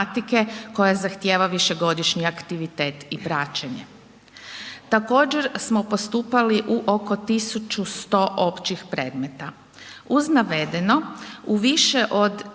koja zahtjeva višegodišnji aktivitet i praćenje. Također smo postupali u oko 1100 općih predmeta. Uz navedeno u više od